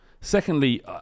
Secondly